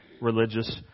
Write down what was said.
religious